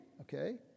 okay